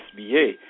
SBA